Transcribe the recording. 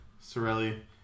Sorelli